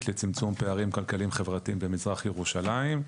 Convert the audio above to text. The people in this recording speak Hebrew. לצמצום פערים כלכליים-חברתיים במזרח ירושלים,